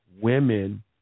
women